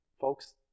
Folks